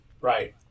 right